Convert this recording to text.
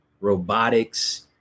robotics